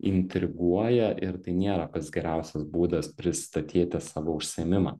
intriguoja ir tai niera pats geriausias būdas pristatyti savo užsiėmimą